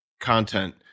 content